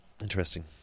Interesting